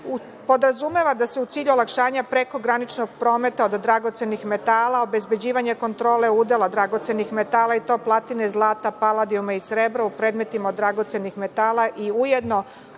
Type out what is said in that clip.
podrazumeva da se u i cilju olakšanja prekograničnog prometa od dragocenih metala, obezbeđivanja kontrole udela dragocenih metala, i to platine, zlata, paladijuma i srebra u predmetima od dragocenih metala i ujedno